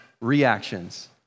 Reactions